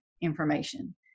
information